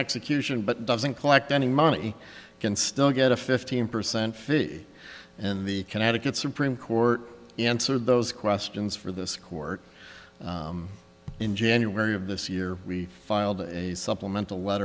execution but doesn't collect any money can still get a fifteen percent fee in the connecticut supreme court answered those questions for this court in january of this year we filed a supplemental let